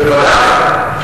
בוודאי.